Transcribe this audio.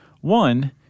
One